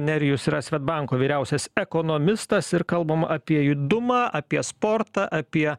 nerijus yra svedbanko vyriausias ekonomistas ir kalbam apie judumą apie sportą apie